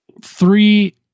three